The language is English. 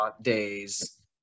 days